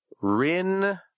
Rin